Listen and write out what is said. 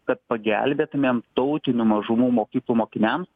kad pagelbėtumėm tautinių mažumų mokyklų mokiniams